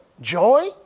joy